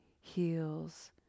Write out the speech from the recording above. heals